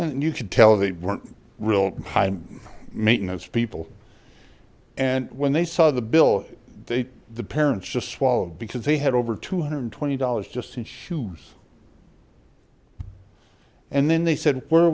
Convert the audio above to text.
and you could tell they weren't real high maintenance people and when they saw the bill they the parents just swallowed because they had over two hundred and twenty dollars just in shoes and then they said where are